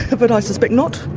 ah but i suspect not.